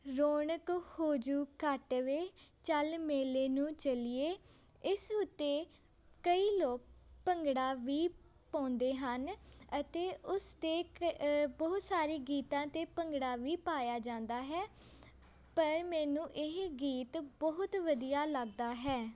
ਰੌਣਕ ਹੋਜੂ ਘੱਟ ਵੇ ਚਲ ਮੇਲੇ ਨੂੰ ਚਲੀਏ ਇਸ ਉੱਤੇ ਕਈ ਲੋਕ ਭੰਗੜਾ ਵੀ ਪਾਉਂਦੇ ਹਨ ਅਤੇ ਉਸਦੇ ਬਹੁਤ ਸਾਰੀ ਗੀਤਾਂ 'ਤੇ ਭੰਗੜਾ ਵੀ ਪਾਇਆ ਜਾਂਦਾ ਹੈ ਪਰ ਮੈਨੂੰ ਇਹ ਗੀਤ ਬਹੁਤ ਵਧੀਆ ਲੱਗਦਾ ਹੈ